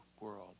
world